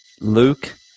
Luke